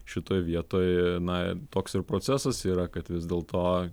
šitoj vietoj na toks ir procesas yra kad vis dėlto